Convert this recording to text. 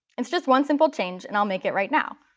it's just one simple change, and i'll make it right now.